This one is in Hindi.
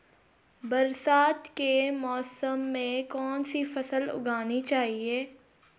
बरसात के मौसम में कौन सी फसल उगानी चाहिए?